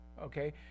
okay